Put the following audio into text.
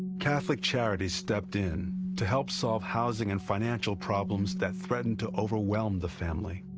catholic charities stepped in to help solve housing and financial problems that threatened to overwhelm the family.